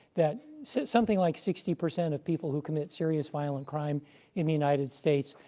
that something like sixty percent of people who commit serious violent crime in the united states,